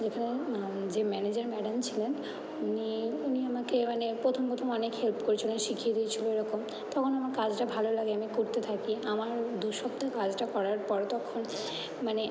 যেখানে যে manager madam ছিলেন উনি উনি আমাকে মানে প্রথম প্রথম অনেক হেল্প করেছিলো শিখিয়ে দিয়েছিলো এরকম তখন আমার কাজটা ভালো লাগে আমি করতে থাকি আমার দু সপ্তাহ কাজটা করার পর তখন মানে